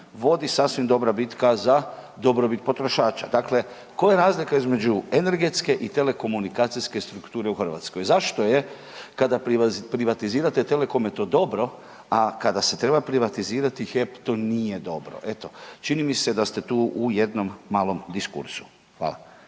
vodi sasvim dobra bitka za dobrobit potrošača. Dakle, koja je razlika između energetske i telekomunikacijske strukture u Hrvatskoj? Zašto je kada privatizirate Telecom je to dobro, a kada se treba privatizirati HEP to nije dobro. Eto, čini mi se da ste tu u jednom malom diskursu. Hvala.